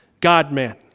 God-man